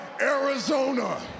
Arizona